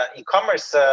e-commerce